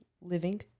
living